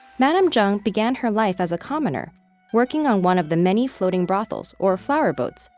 madame zheng began her life as a commoner working on one of the many floating brothels, or flower boats,